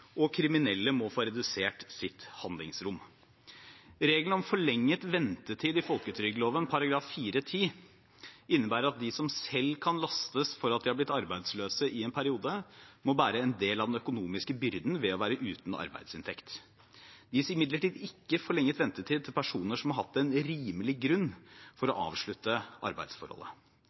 og kriminelle må få redusert sitt handlingsrom. Regelen om forlenget ventetid i folketrygdloven § 4-10 innebærer at de som selv kan lastes for at de har blitt arbeidsløse i en periode, må bære en del av den økonomiske byrden ved å være uten arbeidsinntekt. Det gis imidlertid ikke forlenget ventetid til personer som har hatt en rimelig grunn for å avslutte arbeidsforholdet.